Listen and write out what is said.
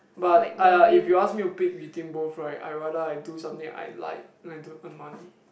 but (aiya) if you ask me to pick between both right I rather I do something I like than to earn money